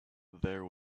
there